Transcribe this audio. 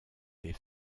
les